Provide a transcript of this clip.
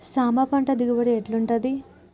సాంబ పంట దిగుబడి ఎట్లుంటది?